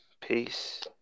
Peace